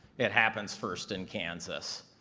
it happens first in kansas.